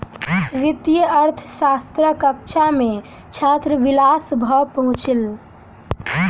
वित्तीय अर्थशास्त्रक कक्षा मे छात्र विलाभ सॅ पहुँचल